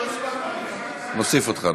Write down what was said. לא הספקתי, נוסיף אותך.